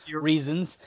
reasons